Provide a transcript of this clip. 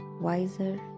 wiser